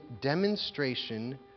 demonstration